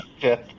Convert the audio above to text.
fifth